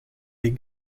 les